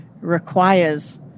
requires